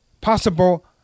possible